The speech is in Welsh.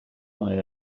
mae